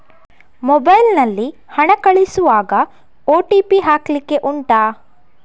mobile ನಲ್ಲಿ ಹಣ ಕಳಿಸುವಾಗ ಓ.ಟಿ.ಪಿ ಹಾಕ್ಲಿಕ್ಕೆ ಉಂಟಾ